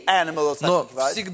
animals